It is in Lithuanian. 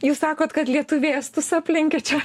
jūs sakot kad lietuviai estus aplenkė čia